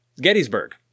Gettysburg